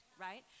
right